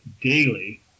daily